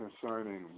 concerning